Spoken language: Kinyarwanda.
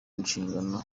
nshingano